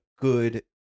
good